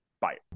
Bye